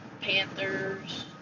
Panthers